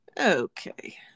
okay